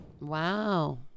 Wow